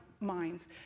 minds